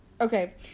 Okay